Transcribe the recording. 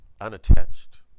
unattached